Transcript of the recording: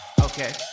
Okay